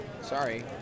sorry